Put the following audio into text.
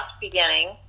beginning